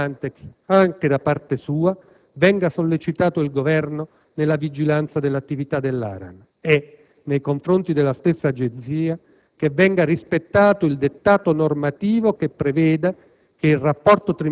Sarebbe importante che anche da parte sua venga sollecitato il Governo nella vigilanza dell'attività dell'ARAN e, nei confronti della stessa Agenzia, che venga rispettato il dettato normativo che prevede